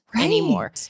anymore